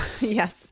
Yes